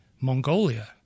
Mongolia